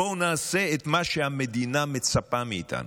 בואו נעשה את מה שהמדינה מצפה מאיתנו.